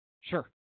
Sure